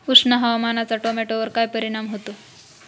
उष्ण हवामानाचा टोमॅटोवर काय परिणाम होतो?